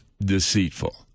deceitful